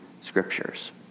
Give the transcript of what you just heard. scriptures